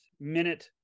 minute